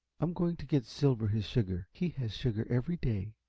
i'm going to get silver his sugar. he has sugar every day.